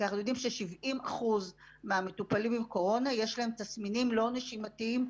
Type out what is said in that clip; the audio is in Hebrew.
אנחנו יודעים של-70% מהמטופלים עם קורונה יש תסמינים לא נשימתיים,